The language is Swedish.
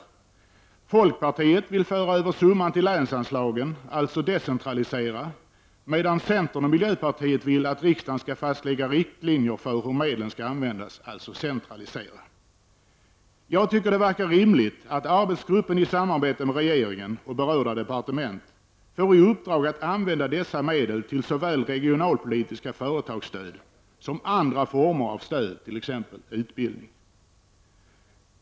Folkpartiet vill föra över summan till länsanslagen, alltså decentralisera, medan centern och miljöpartiet vill att riksdagen skall fastlägga riktlinjer för hur medlen skall användas, alltså centralisera. Jag tycker att det verkar rimligt att arbetsgruppen i samarbete med regeringen och berörda departement får i uppdrag att använda dessa medel till såväl regionalpolitiska företagsstöd som andra former av stöd, t.ex. till utbildning.